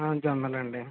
జొన్నలు అండి